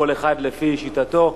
כל אחד לפי שיטתו.